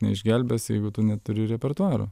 neišgelbės jeigu tu neturi repertuaro